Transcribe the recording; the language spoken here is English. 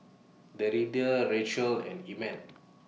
Deirdre Raquel and Emmet